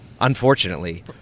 unfortunately